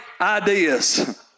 ideas